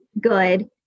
good